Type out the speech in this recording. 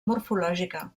morfològica